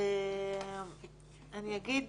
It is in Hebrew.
אני אגיד